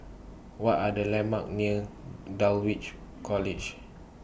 What Are The landmarks near Dulwich College